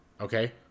Okay